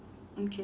mm K